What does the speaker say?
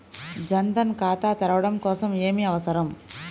జన్ ధన్ ఖాతా తెరవడం కోసం ఏమి అవసరం?